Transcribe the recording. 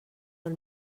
del